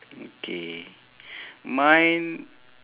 okay mine